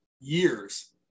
years